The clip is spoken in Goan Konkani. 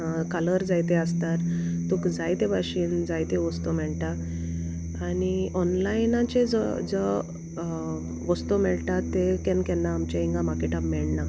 कालर जायते आसतात तुक जायते भाशेन जायते वस्तू मेळटा आनी ऑनलायनाचे जो जो वस्तू मेळटा तें केन्ना केन्ना आमच्या हिंगा मार्केटान मेळना